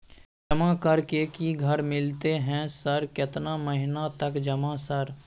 जमा कर के की कर मिलते है सर केतना महीना तक जमा सर?